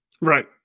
Right